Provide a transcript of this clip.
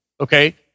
Okay